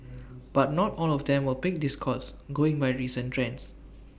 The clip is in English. but not all of them will pick this course going by recent trends